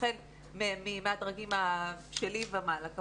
החל מהדרגים שלי ומעלה,